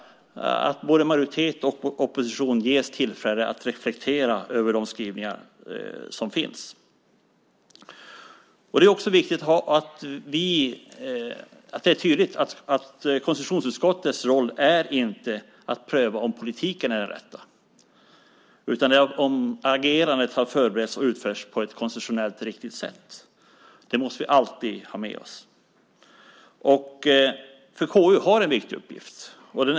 Både majoritet och opposition ges tillfälle att reflektera över de skrivningar som finns. Det är viktigt att det är tydligt att konstitutionsutskottets roll inte är att pröva om politiken är den rätta utan att pröva om agerandet har förberetts och utförts på ett konstitutionellt riktigt sätt. Det måste vi alltid ha med oss. KU har en viktig uppgift.